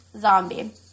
Zombie